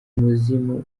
umuzimu